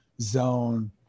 zone